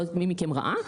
לא יודעת מי מכם ראה,